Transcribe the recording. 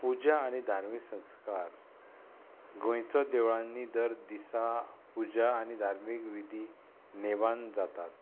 पुजा आनी धार्मीक संस्कार गोंयचो देवळांनी दर दिसा पुजा आनी धार्मीक विधी नेमान जातात